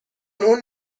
اون